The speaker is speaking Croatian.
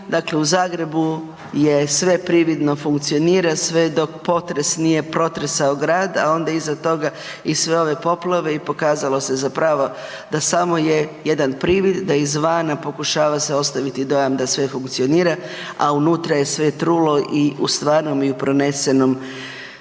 Dakle, u Zagrebu je sve prividno funkcionira sve dok potres nije protresao grad, a ona iza toga i sve ove poplave i pokazalo se zapravo da samo je jedan privid, da izvana pokušava se ostaviti dojam da sve funkcionira, a unutra je sve trulo i u stvarnom i u prenesenom